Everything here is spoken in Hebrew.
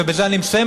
ובזה אני מסיים,